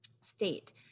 state